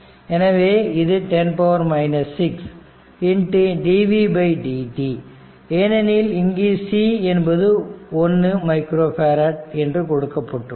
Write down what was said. எனவே இது 10 6 dvdt ஏனெனில் இங்கு c என்பது 1 மைக்ரோ ஃபேரட் என்று கொடுக்கப்பட்டுள்ளது